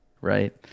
right